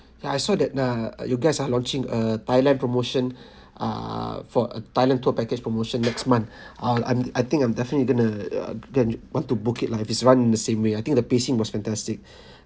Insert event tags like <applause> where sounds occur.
ya I saw that ah you guys are launching a thailand promotion <breath> ah for a thailand tour package promotion next month <breath> ah I'll I think I'm definitely going to uh going to want to book it lah if is run in the same way I think the pacing was fantastic <breath>